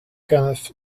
kenneth